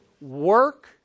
work